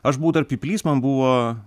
aš buvau dar pyplys man buvo